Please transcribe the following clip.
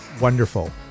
Wonderful